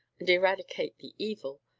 and eradicate the evil,